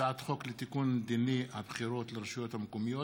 הצעת חוק לתיקון דיני הבחירות לרשויות המקומיות,